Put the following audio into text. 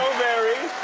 very!